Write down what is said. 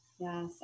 Yes